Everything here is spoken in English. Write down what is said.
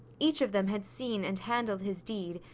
each of them had seen and handled his deed,